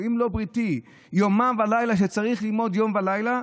"אם לא בריתי יומם ולילה" שצריך ללמוד יום ולילה,